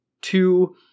two